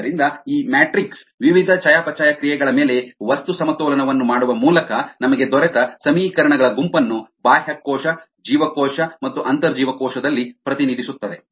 ಆದ್ದರಿಂದ ಈ ಮ್ಯಾಟ್ರಿಕ್ಸ್ ವಿವಿಧ ಚಯಾಪಚಯ ಕ್ರಿಯೆಗಳ ಮೇಲೆ ವಸ್ತು ಸಮತೋಲನವನ್ನು ಮಾಡುವ ಮೂಲಕ ನಮಗೆ ದೊರೆತ ಸಮೀಕರಣಗಳ ಗುಂಪನ್ನು ಬಾಹ್ಯಕೋಶ ಜೀವಕೋಶ ಮತ್ತು ಅಂತರ್ಜೀವಕೋಶದಲ್ಲಿ ಪ್ರತಿನಿಧಿಸುತ್ತದೆ